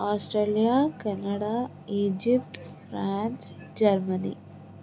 Australia Canada Egypt France Germany